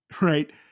right